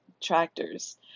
tractors